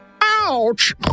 Ouch